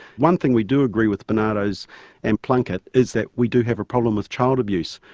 one thing we do agree with barnardo's and plunkett is that we do have a problem with child abuse.